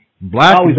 Black